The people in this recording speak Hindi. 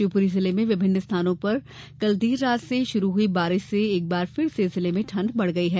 शिवपुरी जिले में विभिन्न स्थानों पर कल देर रात से शुरू हुई बारिश से एक बार फिर से जिले में ठंड बढ़ गई है